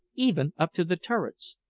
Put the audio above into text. even up to the turrets.